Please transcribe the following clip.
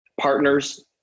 partners